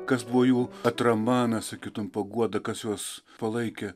kas buvo jų atrama na sakytum paguoda kas juos palaikė